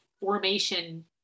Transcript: formation